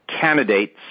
candidates